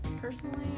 Personally